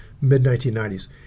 mid-1990s